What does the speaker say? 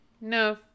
No